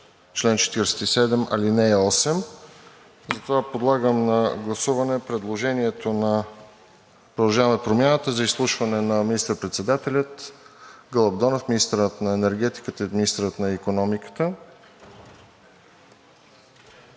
чл. 47, ал. 8. Затова подлагам на гласуване предложението на „Продължаваме Промяната“ за изслушване на министър-председателя Гълъб Донев, министъра на енергетиката и министъра на икономиката.